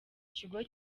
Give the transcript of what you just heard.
kigo